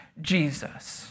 Jesus